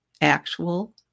actual